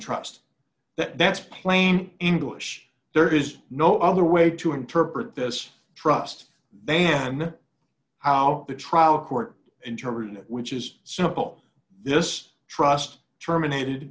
trust that that's plain english there is no other way to interpret this trust then how the trial court interpreted it which is simple this trust terminated